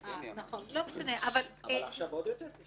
אבל עכשיו עוד יותר יש רוב.